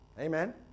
Amen